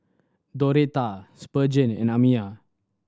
Doretha Spurgeon and Amiya